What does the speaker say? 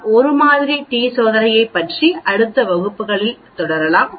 நாம் ஒரு மாதிரி டி சோதனையை பற்றி அடுத்த வகுப்புகளில் தொடரலாம்